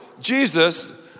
Jesus